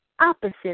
opposite